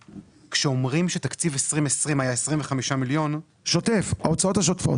כשאומרים שתקציב 2020 היה 25 מיליון --- תקציב ההוצאות השוטפות.